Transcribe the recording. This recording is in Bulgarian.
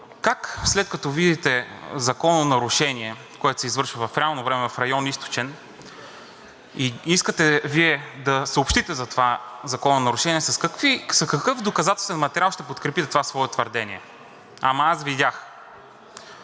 как, след като видите закононарушение, което се извършва в реално време в район „Източен“, и искате да съобщите за това закононарушение, с какъв доказателствен материал ще подкрепите това свое твърдение? Ама аз видях?!